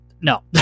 No